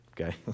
Okay